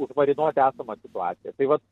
užmarinuoti esamą situaciją tai vat